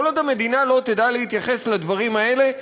כל עוד המדינה לא תדע להתייחס לדברים האלה,